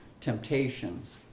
temptations